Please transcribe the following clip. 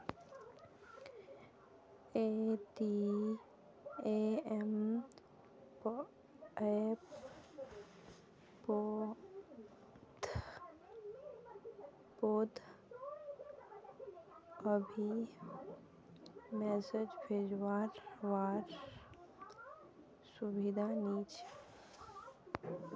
ATM app पोत अभी message भेजो वार सुविधा नी छे